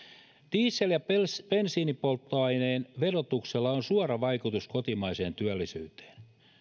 diesel ja bensiinipolttoaineen verotuksella on suora vaikutus kotimaiseen työllisyyteen